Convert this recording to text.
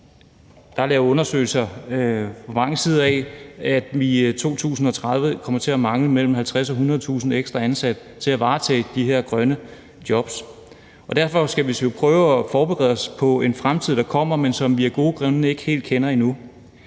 Der er lavet undersøgelser fra mange sider, der viser, at vi i 2030 kommer til at mangle mellem 50.000 og 100.000 ekstra ansatte til at varetage de her grønne job, og derfor skal vi selvfølgelig prøve at forberede os på en fremtid, der kommer, men som vi af gode grunde ikke helt kender endnu.